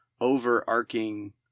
overarching